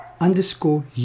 underscore